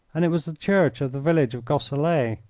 and it was the church of the village of gosselies.